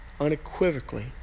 unequivocally